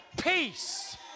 peace